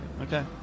Okay